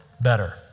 better